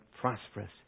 prosperous